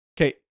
okay